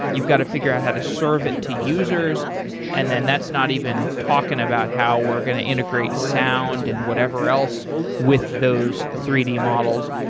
you've got to figure out how to serve it to users and then that's not even talking about how we're going to integrate sound and whatever else with those three d models.